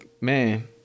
Man